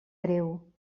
breu